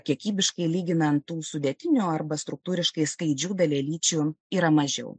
kiekybiškai lyginant tų sudėtinių arba struktūriškai skaidžių dalelyčių yra mažiau